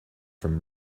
from